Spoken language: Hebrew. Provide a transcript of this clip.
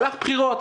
היו בחירות.